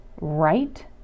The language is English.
right